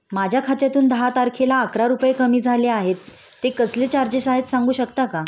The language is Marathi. माझ्या खात्यातून दहा तारखेला अकरा रुपये कमी झाले आहेत ते कसले चार्जेस आहेत सांगू शकता का?